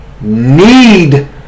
need